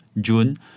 June